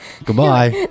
Goodbye